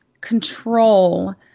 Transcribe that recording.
control